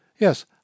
Yes